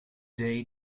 day